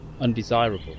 undesirable